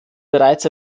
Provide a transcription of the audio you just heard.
bereits